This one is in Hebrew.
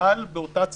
נפעל באותה צורה,